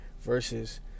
versus